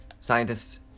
Scientists